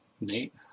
Nate